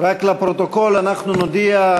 אבל יש כסף.